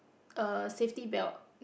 a safety belt